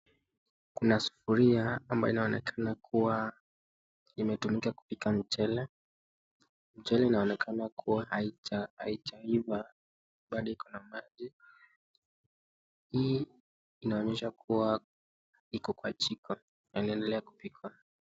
Kuna sufuria ambayo inaonekana kuwa imetumika kupika mchele. Mchele inaonekana kuwa haijaiva bado iko na maji. Hii inaonyesha kuwa iko kwa jiko yanaendelea kupikwa.